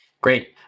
Great